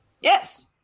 Yes